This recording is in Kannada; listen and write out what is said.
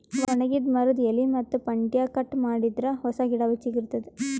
ಒಣಗಿದ್ ಮರದ್ದ್ ಎಲಿ ಮತ್ತ್ ಪಂಟ್ಟ್ಯಾ ಕಟ್ ಮಾಡಿದರೆ ಹೊಸ ಗಿಡ ಚಿಗರತದ್